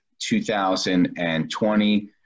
2020